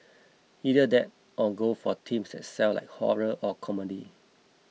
either that or go for themes that sell like horror or comedy